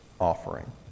offering